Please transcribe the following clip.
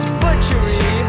butchery